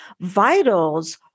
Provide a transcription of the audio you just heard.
Vitals